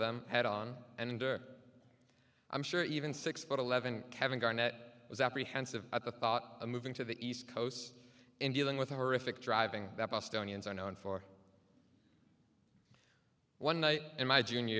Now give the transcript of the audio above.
them head on and are i'm sure even six foot eleven kevin garnett was apprehensive at the thought of moving to the east coast and dealing with a horrific driving that bus journey and are known for one night in my junior